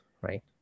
right